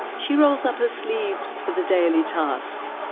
she roles up her sleeves for the daily task.